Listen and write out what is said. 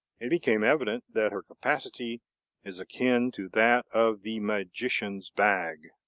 it became evident that her capacity is akin to that of the magician's bag.